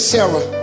Sarah